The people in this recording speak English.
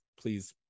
please